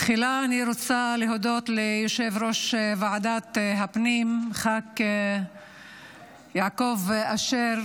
תחילה אני רוצה להודות ליושב-ראש ועדת הפנים ח"כ יעקב אשר